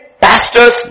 pastors